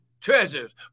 treasures